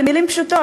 במילים פשוטות,